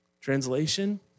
Translation